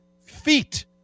feet